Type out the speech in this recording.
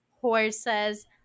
horses